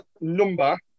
number